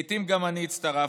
לעיתים גם אני הצטרפתי,